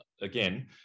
again